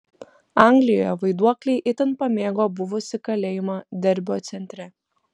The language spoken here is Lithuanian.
anglijoje vaiduokliai itin pamėgo buvusį kalėjimą derbio centre